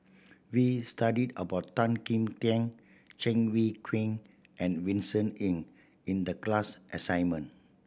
we studied about Tan Kim Tian Cheng Wai Keung and Vincent Ng in the class assignment